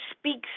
speaks